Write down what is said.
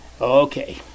Okay